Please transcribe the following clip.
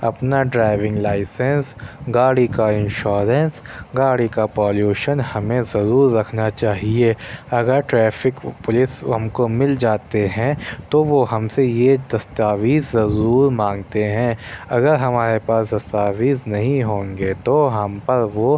اپنا driving licence گاڑی کا انشورنس گاڑی کا پالوشن ہمیں ضرور رکھنا چاہئے اگر ٹریفک پولیس ہم کو مل جاتے ہیں تو وہ ہم سے یہ دستاویز ضرور مانگتے ہیں اگر ہمارے پاس دستاویز نہیں ہوں گے تو ہم پر وہ